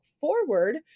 forward